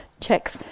check